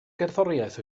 gerddoriaeth